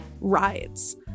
rides